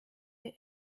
der